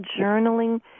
journaling